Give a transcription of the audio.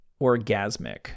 Orgasmic